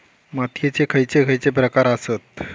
मातीयेचे खैचे खैचे प्रकार आसत?